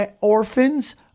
orphans